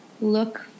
look